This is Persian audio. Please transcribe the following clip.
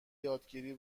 یادگیری